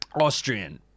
Austrian